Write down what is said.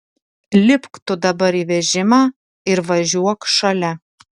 lipk tu dabar į vežimą ir važiuok šalia